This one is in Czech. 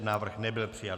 Návrh nebyl přijat.